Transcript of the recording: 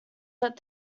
that